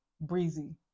Breezy